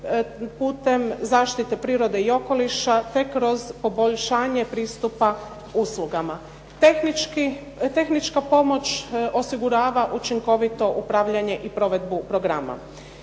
putem zaštite prirode i okoliša te kroz poboljšanje pristupa uslugama. Tehnička pomoć osigurava učinkovito upravljanje i provedbu programa.